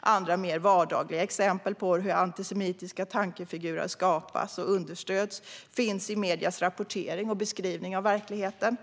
Andra mer vardagliga exempel på hur antisemitiska tankefigurer har skapats och understöds finns i mediers rapportering och beskrivning av verkligheten.